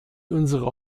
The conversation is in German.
unsere